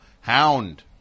Hound